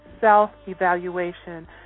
self-evaluation